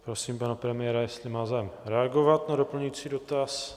Prosím pana premiéra, jestli má zájem reagovat na doplňující dotaz.